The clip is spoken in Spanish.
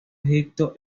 egipto